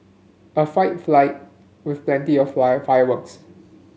a fight fly with plenty of fire fireworks